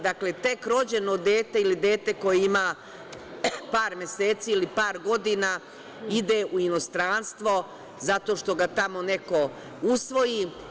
Dakle, tek rođeno ili dete koje ima par meseci ili par godina ide u inostranstvo zato što ga tamo neko usvoji.